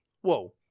whoa